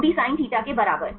2d sinθ के बराबर